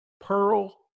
Pearl